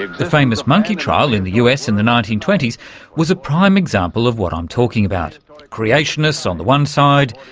the the famous monkey trial in the us in the nineteen twenty s was a prime example of what i'm talking about creationists on the one side,